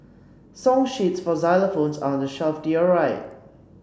song sheets for xylophones are on the shelf to your right